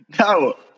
No